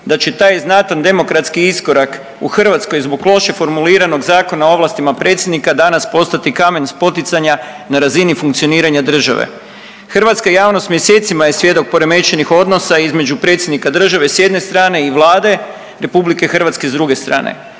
da će taj znatan demokratski iskorak u Hrvatskoj zbog loše formuliranog Zakona o ovlastima predsjednika danas postati kamen spoticanja na razini funkcioniranja države. Hrvatska javnost mjesecima je svjedok poremećenih odnosa između predsjednika države s jedne strane i Vlade Republike Hrvatske s druge strane.